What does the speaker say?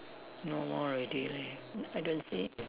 no more already leh n~ I don't see